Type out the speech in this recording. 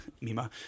Mima